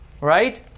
Right